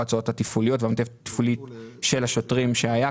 כל ההוצאות התפעוליות והמעטפת התפעולית של השוטרים שהייתה,